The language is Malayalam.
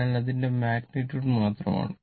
അതിനാൽ അതിന്റെ മാഗ്നിറ്റുഡ് മാത്രമാണ്